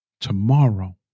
tomorrow